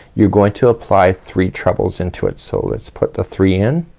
you're going to apply three trebles into it. so let's put the three in.